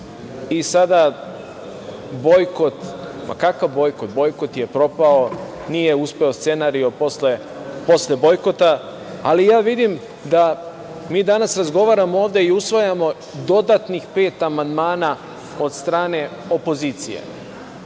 i sada bojkot, ma kakav bojkot, bojkot je propao, nije uspeo scenario posle bojkota. Vidim da mi danas razgovaramo ovde i usvajamo dodatnih pet amandmana od strane opozicije,